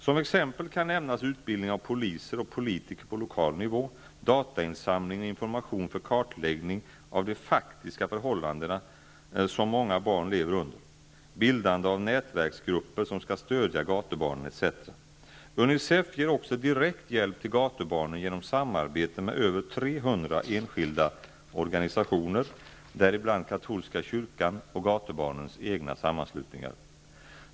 Som exempel kan nämnas utbildning av poliser och politiker på lokal nivå, datainsamling och information för kartläggning av de faktiska förhållanden som många barn lever under, bildande av nätverksgrupper som skall stödja gatubarnen etc. UNICEF ger också direkt hjälp till gatubarnen genom samarbete med över 300 enskilda organisationer, däribland katolska kyrkan och gatubarnens egna sammanslutningar.